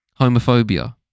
homophobia